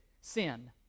sin